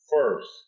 first